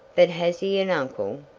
but has he an uncle?